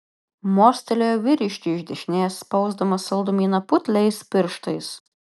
mostelėjo vyriškiui iš dešinės spausdamas saldumyną putliais pirštais